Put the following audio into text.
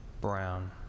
Brown